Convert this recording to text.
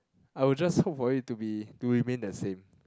I'll just hope for it to be to remain the same